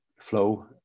flow